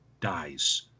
dies